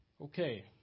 Okay